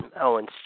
Owens